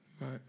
Right